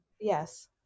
yes